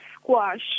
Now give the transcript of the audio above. squash